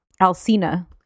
alcina